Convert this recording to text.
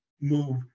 move